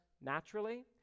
naturally